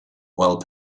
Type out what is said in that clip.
while